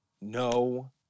No